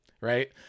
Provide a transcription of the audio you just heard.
right